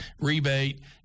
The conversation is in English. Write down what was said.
rebate